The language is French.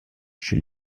chez